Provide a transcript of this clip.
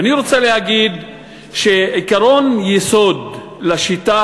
ואני רוצה להגיד שעקרון יסוד לשיטה